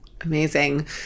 Amazing